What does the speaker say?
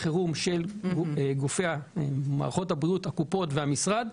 חירום של גופי מערכות הבריאות הקופות והמשרד.